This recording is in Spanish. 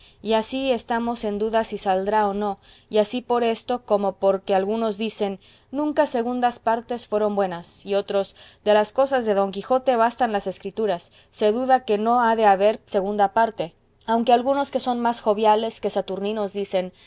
y así estamos en duda si saldrá o no y así por esto como porque algunos dicen nunca segundas partes fueron buenas y otros de las cosas de don quijote bastan las escritas se duda que no ha de haber segunda parte aunque algunos que son más joviales que saturninos dicen